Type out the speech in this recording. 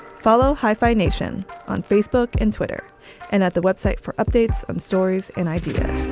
follow hyphenation on facebook and twitter and at the web site for updates on stories and ideas